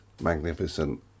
magnificent